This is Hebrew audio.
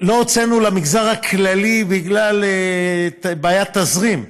לא הוצאנו למגזר הכללי בגלל בעיית תזרים.